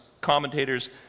commentators